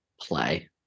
play